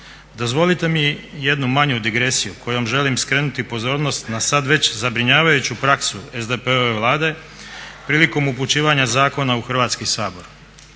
Dozvolite mi jednu manju digresiju kojom želim skrenuti pozornost na sad već zabrinjavajuću praksu SDP-ove Vlade prilikom upućivanja zakona u Hrvatski sabor.